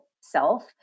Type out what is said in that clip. self